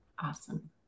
Awesome